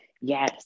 Yes